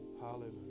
Hallelujah